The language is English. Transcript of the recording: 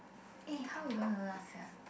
eh how you gonna last sia